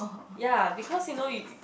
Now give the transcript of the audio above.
ya because you know you